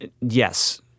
Yes